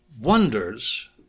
wonders